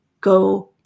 go